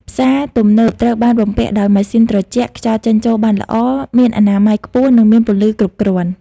ផ្សារទំនើបត្រូវបានបំពាក់ដោយម៉ាស៊ីនត្រជាក់ ខ្យល់ចេញចូលបានល្អ មានអនាម័យខ្ពស់ និងមានពន្លឺគ្រប់គ្រាន់។